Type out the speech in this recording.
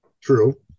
True